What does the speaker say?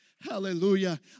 Hallelujah